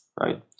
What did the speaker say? right